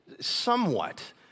somewhat